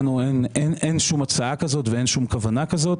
לנו אין שום הצעה כזאת ואין שום כוונה כזאת.